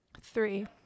Three